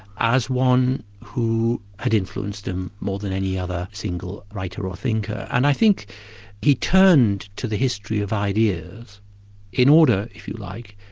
as one who had influenced him more than any other single writer or thinker. and i think he turned to the history of ideas in order, if you like,